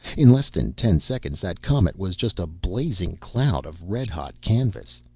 in less than ten seconds that comet was just a blazing cloud of red-hot canvas.